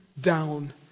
down